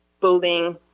building